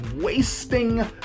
wasting